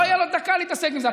לא תהיה לו דקה להתעסק עם זה.